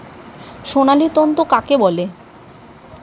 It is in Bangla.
সোনালী তন্তু কাকে বলে?